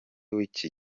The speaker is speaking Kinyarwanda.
w’iki